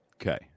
Okay